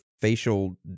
facial